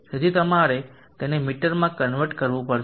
તેથી તમારે તેને મીટરમાં કન્વર્ટ કરવું પડશે